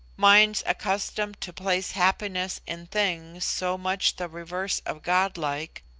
minds accustomed to place happiness in things so much the reverse of godlike,